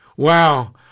Wow